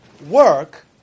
work